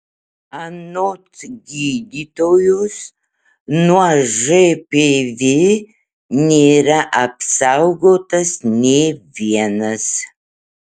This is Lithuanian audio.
anot gydytojos nuo žpv nėra apsaugotas nė vienas